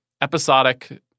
episodic